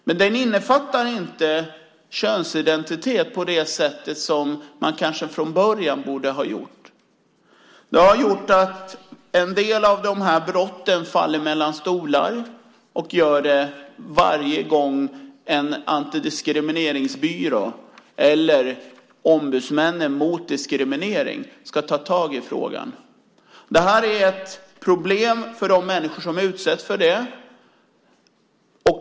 Men den innefattar inte könsidentitet på det sätt som man kanske från början borde ha sett till. Det har gjort att en del av dessa brott faller mellan stolar varje gång en antidiskrimineringsbyrå eller ombudsmännen mot diskriminering ska ta tag i frågan. Det är ett problem för de människor som utsätts för det.